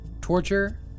Torture